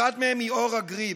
אחת מהם היא אורה גריב,